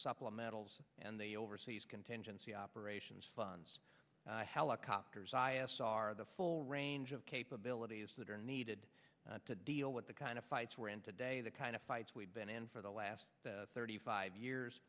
supplementals and the overseas contingency operations funds helicopters are the full range of capabilities that are needed to deal with the kind of fight we're in today the kind of fights we've been in for the last thirty five years